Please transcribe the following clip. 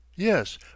Yes